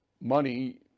money